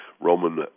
Roman